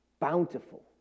bountiful